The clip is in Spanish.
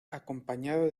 acompañado